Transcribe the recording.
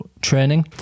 training